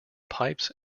pipes